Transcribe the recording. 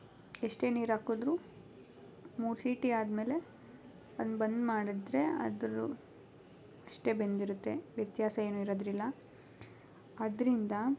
ಎಷ್ಟೇ ನೀರು ಹಾಕಿದ್ರು ಮೂರು ಸೀಟಿ ಆದ ಮೇಲೆ ಅದನ್ನ ಬಂದ್ ಮಾಡಿದ್ರೆ ಅದ್ರ ಅಷ್ಟೇ ಬೆಂದಿರುತ್ತೆ ವ್ಯತ್ಯಾಸ ಏನೂ ಇರದಿಲ್ಲ ಅದರಿಂದ